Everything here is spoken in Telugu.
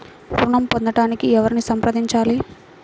ఋణం పొందటానికి ఎవరిని సంప్రదించాలి?